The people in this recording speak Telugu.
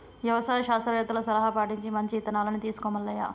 యవసాయ శాస్త్రవేత్తల సలహా పటించి మంచి ఇత్తనాలను తీసుకో మల్లయ్య